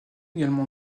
également